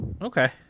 Okay